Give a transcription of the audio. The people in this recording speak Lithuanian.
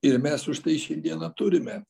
ir mes už tai šiandieną turime